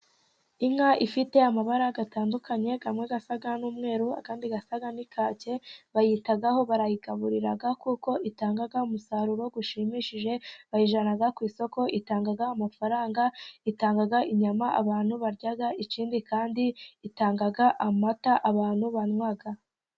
Inka ifite amabara atandukanye, imwe isa n'umweru, indi isa n'ikake, bayitaho, barayigaburira kuko itanga umusaruro ushimishije, bayijyana ku isoko, itanga amafaranga, itanga inyama abantu barya, ikindi kandi itanga amata abantu banywa.